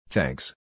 Thanks